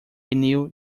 new